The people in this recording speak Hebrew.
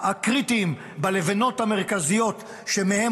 בלבנים המרכזיות שמהן